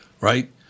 right